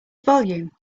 volume